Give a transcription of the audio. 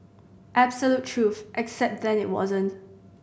absolute truth except then it wasn't